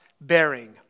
bearing